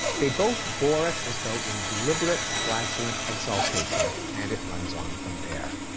they both bore it as though in deliberate flatulent exaltation, and it runs on from there.